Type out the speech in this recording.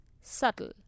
Subtle